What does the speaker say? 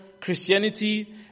Christianity